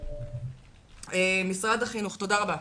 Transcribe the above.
תודה רבה.